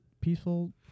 peaceful